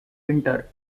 winter